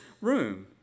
room